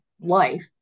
life